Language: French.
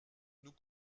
nous